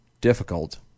difficult